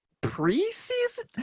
pre-season